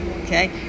Okay